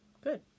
good